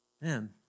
Man